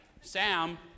Sam